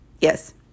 Yes